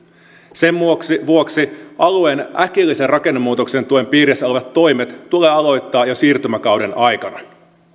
sen vuoksi vuoksi alueen äkillisen rakennemuutoksen tuen piirissä olevat toimet tulee aloittaa jo siirtymäkauden aikana